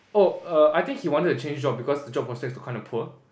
oh err I think he wanted to change job because the job prospects was kind of poor